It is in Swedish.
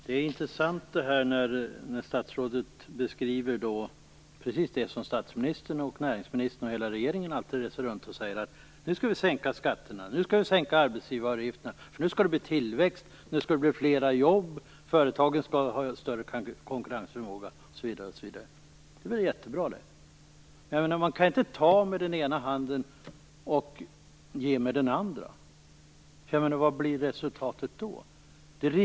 Fru talman! Det är intressant att höra statsrådet säga precis det som statsministern och näringsministern och resten av regeringen alltid säger: Nu skall vi sänka skatterna, nu skall vi sänka arbetsgivaravgifterna, för nu skall det bli tillväxt och fler jobb, företagen skall ha bättre konkurrensförmåga, osv., osv. Det är väl jättebra, men man kan inte ta med den ena handen och ge med den andra. Vad blir resultatet då?